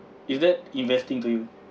is that investing to you